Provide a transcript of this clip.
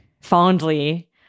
fondly